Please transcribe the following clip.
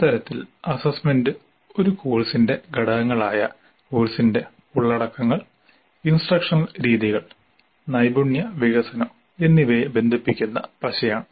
ഒരു തരത്തിൽ അസ്സസ്സ്മെന്റ് ഒരു കോഴ്സിന്റെ ഘടകങ്ങളായ കോഴ്സിന്റെ ഉള്ളടക്കങ്ങൾ ഇൻസ്ട്രക്ഷനൽ രീതികൾ നൈപുണ്യ വികസനം എന്നിവയെ ബന്ധിപ്പിക്കുന്ന പശയാണ്